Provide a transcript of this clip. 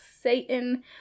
satan